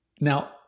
Now